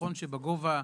נכון שבגובה,